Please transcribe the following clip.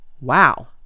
Wow